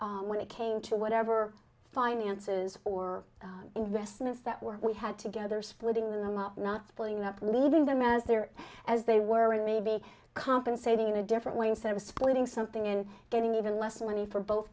one when it came to whatever finances or investments that were we had together splitting them up not splitting up leaving them as there as they were and maybe compensating in a different way instead of splitting something in getting even less money for both